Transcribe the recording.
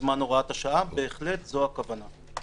לזמן הוראת השעה - בהחלט זו הכוונה.